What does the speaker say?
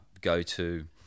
go-to